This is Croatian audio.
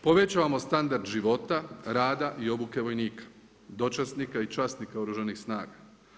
Povećavamo standard života, rada i obuke vojnika, dočasnika i časnika Oružanih snaga.